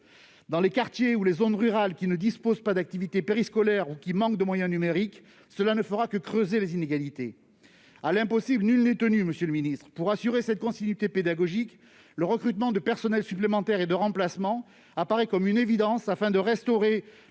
Dans les quartiers et les zones rurales qui n'offrent pas d'activités périscolaires ou qui manquent de moyens numériques, cela ne fera que creuser les inégalités. À l'impossible nul n'est tenu, monsieur le ministre. Pour assurer cette continuité pédagogique, le recrutement de personnels supplémentaires et de remplacement apparaît comme une évidence, afin de restaurer